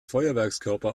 feuerwerkskörper